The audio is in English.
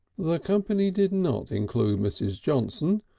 the company did not include mrs. johnson,